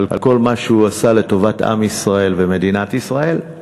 על כל מה שהוא עשה לטובת עם ישראל ומדינת ישראל,